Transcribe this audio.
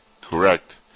Correct